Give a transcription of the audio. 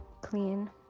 clean